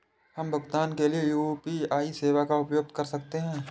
हम भुगतान के लिए यू.पी.आई सेवाओं का उपयोग कैसे कर सकते हैं?